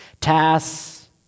Tasks